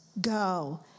go